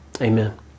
Amen